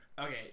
Okay